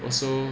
also